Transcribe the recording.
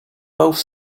both